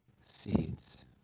seeds